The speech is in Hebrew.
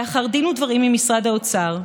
לאחר דין ודברים עם משרד האוצר,